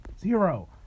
Zero